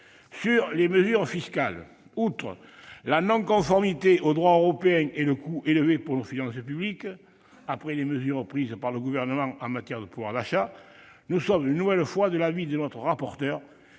les mesures fiscales, outre leur non-conformité au droit européen et leur coût élevé pour nos finances publiques après les mesures prises par le Gouvernement en matière de pouvoir d'achat, nous sommes une nouvelle fois de l'avis de notre rapporteure